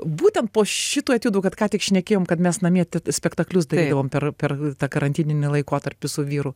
būtent po šitų etiudų kad ką tik šnekėjom kad mes namie ti spektakliusdarydavom per per tą karantininį laikotarpį su vyru